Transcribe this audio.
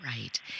Right